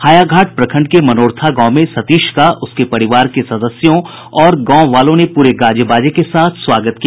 हायाघाट प्रखंड के मनोरथा गांव में सतीश का उसके परिवार के सदस्यों और गांव वालों ने पूरे गाजे बाजे के साथ स्वागत किया